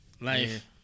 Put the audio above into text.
Life